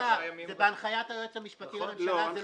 זה בהנחיית היועץ המשפטי לממשלה ולא בהכרזה.